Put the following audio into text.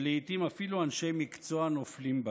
שלעיתים אפילו אנשי מקצוע נופלים בה,